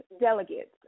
delegates